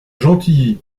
gentilly